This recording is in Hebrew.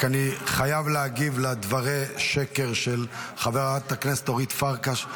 אני רק חייב להגיב לדברי שקר של חברת הכנסת אורית פרקש.